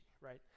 right